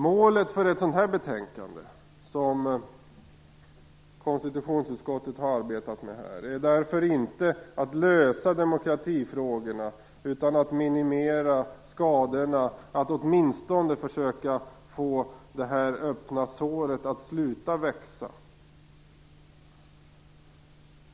Målet för ett sådant här betänkande som konstitutionsutskottet har arbetat med är därför inte att lösa demokratiproblemen, utan att minimera skadorna och åtminstone försöka få det öppna såret att sluta växa.